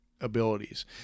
abilities